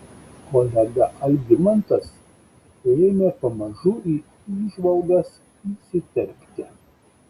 kolega algimantas ėmė pamažu į įžvalgas įsiterpti